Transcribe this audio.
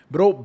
Bro